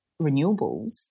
renewables